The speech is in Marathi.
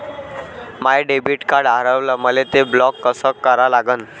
माय डेबिट कार्ड हारवलं, मले ते ब्लॉक कस करा लागन?